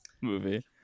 movie